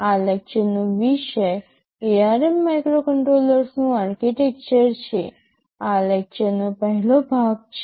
આ લેક્ચરનો વિષય ARM માઇક્રોકન્ટ્રોલરનું આર્કિટેક્ચર છે આ લેક્ચરનો પહેલો ભાગ છે